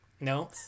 No